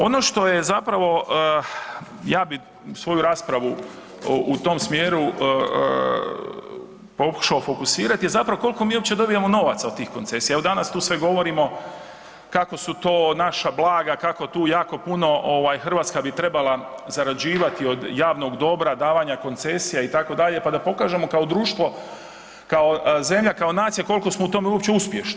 Ono što je zapravo, ja bih svoju raspravu u tom smjeru pokušao fokusirati je zapravo koliko mi uopće dobivamo novaca od tih koncesija, evo, danas tu sve govorimo kako su to naša blaga, kako tu jako puno Hrvatska bi trebala zarađivati od javnog dobra, davanja koncesija, itd., pa da pokažemo kao društvo, kao zemlja, kao nacija koliko smo u tome uopće uspješni.